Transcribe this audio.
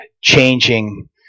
changing